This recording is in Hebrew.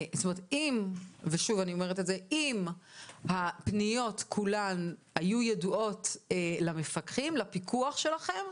ושוב אני אומרת את זה - אם הפניות כולן היו ידועות לפיקוח שלכם,